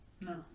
No